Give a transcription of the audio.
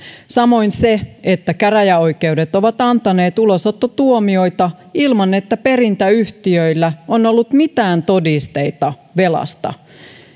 samoin se että käräjäoikeudet ovat antaneet ulosottotuomioita ilman että perintäyhtiöillä on ollut mitään todisteita velasta